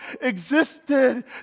existed